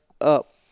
up